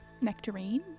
Nectarine